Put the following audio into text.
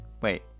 Wait